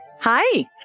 Hi